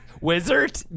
Wizard